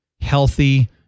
healthy